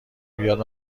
بیاد